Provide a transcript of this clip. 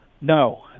No